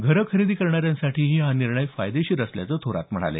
घर खरेदी करणाऱ्यांसाठीही हा निर्णय फायदेशीर असल्याचं थोरात म्हणाले